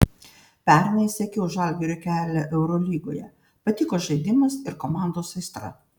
pernai sekiau žalgirio kelią eurolygoje patiko žaidimas ir komandos aistra